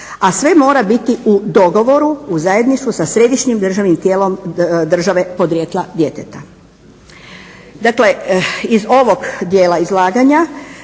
A sve mora biti u dogovoru, u zajedništvu sa središnjim državnim tijelom države podrijetla djeteta. Dakle, iz ovog dijela izlaganja